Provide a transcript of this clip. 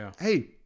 hey –